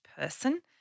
person